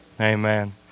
Amen